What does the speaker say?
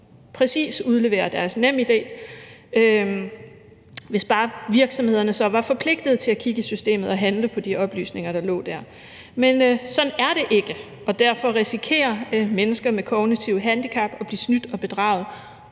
præcis udleverer deres NemID. Hvis bare virksomhederne så var forpligtet til at kigge i systemet og handle på de oplysninger, der lå der. Men sådan er det ikke, og derfor risikerer mennesker med kognitive handicap at blive snydt og bedraget,